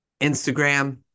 Instagram